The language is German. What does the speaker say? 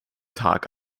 tag